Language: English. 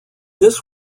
this